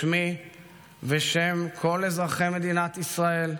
בשמי ובשם כל אזרחי מדינת ישראל,